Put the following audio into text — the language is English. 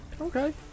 Okay